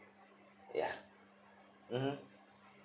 ya mmhmm